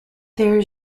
there